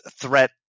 threat